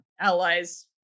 allies